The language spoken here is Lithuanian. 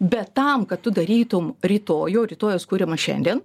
bet tam kad tu darytum rytojų o rytojus kuriamas šiandien